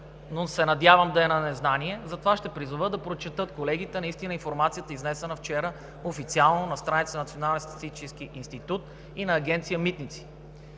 но се надявам да е на незнание. Затова ще призова колегите наистина да прочетат информацията, изнесена вчера официално на страницата на Националния статистически институт и на Агенция „Митници“.